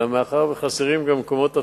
אלא מאחר שחסרים מקומות הטמנה,